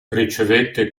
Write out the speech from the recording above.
ricevette